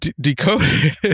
Decoded